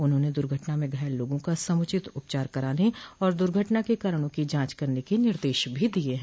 उन्होंने दुर्घटना में घायल लोगों का समुचित उपचार कराने और दुर्घटना के कारणों की जांच करने के निर्देश भी दिये हैं